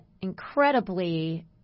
incredibly